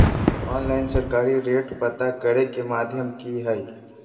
Online सरकारी rate पता करे के माध्यम की हय?